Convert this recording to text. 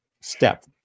step